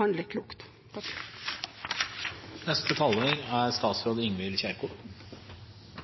handler klokt. Dagen i dag representerer en milepæl: Det er